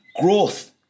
growth